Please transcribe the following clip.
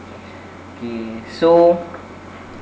okay so